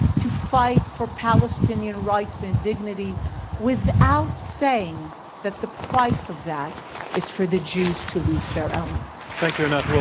to fight for palestinian rights and dignity without saying that the price of that is for the jews to lose their home. thank you.